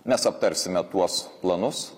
mes aptarsime tuos planus